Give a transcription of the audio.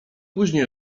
później